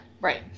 right